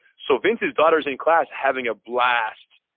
so vince's daughter is in class having a blast,